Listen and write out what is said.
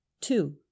two